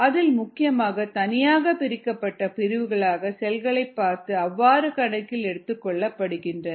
அதில் முக்கியமாக தனியாக பிரிக்கப்பட்ட பிரிவுகளாக செல்களை பார்த்து அவ்வாறு கணக்கில் எடுத்துக்கொள்ளப்படுகின்றன